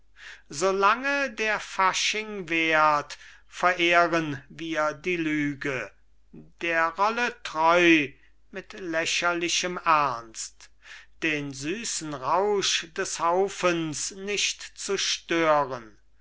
der fasching währt verehren wir die lüge der rolle treu mit lächerlichem ernst den süßen rausch des haufens nicht zu stören